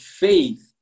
faith